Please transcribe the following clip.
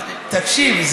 תקשיב,